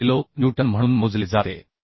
26 kilonewton म्हणून मोजले जाते